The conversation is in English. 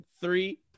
three